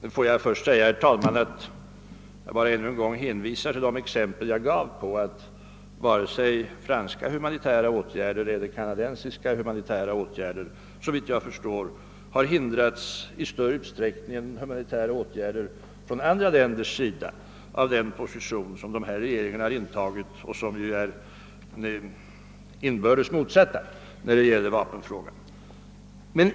Herr talman! Låt mig först bara än en gång hänvisa till de exempel som jag gav på att varken franska eller kanadensiska humanitära åtgärder såvitt jag förstår har hindrats i större utsträckning än humanitära åtgärder från andra länders sida genom de positioner som den franska och den kanadensiska regeringen har intagit när det gäller vapenfrågan och som ju är inbördes motsatta.